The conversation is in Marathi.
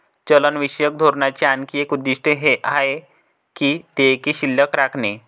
चलनविषयक धोरणाचे आणखी एक उद्दिष्ट हे आहे की देयके शिल्लक राखणे